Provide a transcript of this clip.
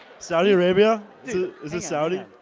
saudi arabia? is it saudi?